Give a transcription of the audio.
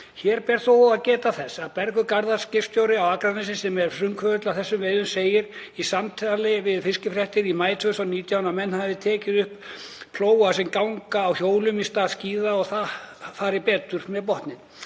Þó ber að geta þess að Bergur Garðarsson, skipstjóri á Akranesi, sem er frumkvöðull í þessum veiðum, segir í samtali við Fiskifréttir í maí 2019, að menn hafi tekið upp plóga sem ganga á hjólum í stað skíða og það fari betur með botninn.